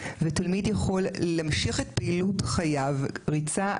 ותלמיד יכול להמשיך את פעילות חייו ריצה,